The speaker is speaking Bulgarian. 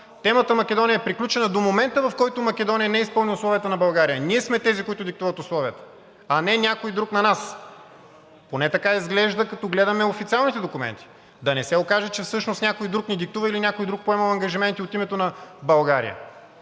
Темата Македония е приключена до момента, в който Македония не изпълни условията на България. Ние сме тези, които диктуват условията, а не някой друг на нас! Поне така изглежда, като гледаме официалните документи. Да не се окаже, че всъщност някой друг ни диктува или някой друг е поемал ангажименти от името на България?